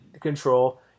control